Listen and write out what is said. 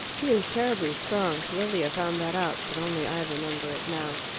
he is terribly strong lilia found that out, but only i remember it now.